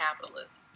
capitalism